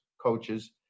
coaches